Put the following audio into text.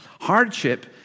Hardship